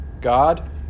God